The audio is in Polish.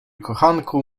kochanku